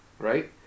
Right